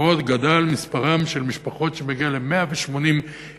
מספרן של המשפחות גדל ומגיע ל-180,000